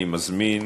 אני מזמין